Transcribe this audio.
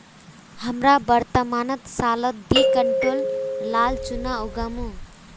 हमरा वर्तमान सालत दी क्विंटल लाल चना उगामु